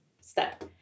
step